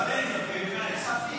כספים, כספים.